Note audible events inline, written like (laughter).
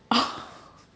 (noise)